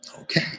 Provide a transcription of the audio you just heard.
Okay